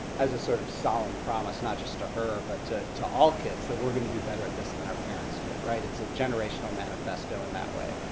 as a sort of solemn promise, not just to her but to to all kids, that we're going to do better at this than our parents did. it's a generational manifesto in that way.